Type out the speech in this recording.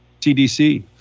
CDC